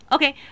Okay